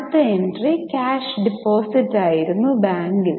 അടുത്ത entry cash deposit ആയിരുന്നു ബാങ്കിൽ